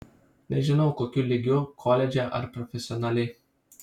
nežinau kokiu lygiu koledže ar profesionaliai